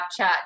Snapchat